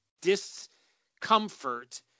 discomfort